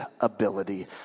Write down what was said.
ability